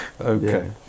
okay